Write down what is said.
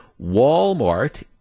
Walmart